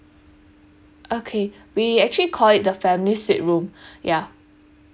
okay we actually call it the family suite room ya